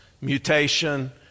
mutation